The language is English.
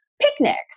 picnics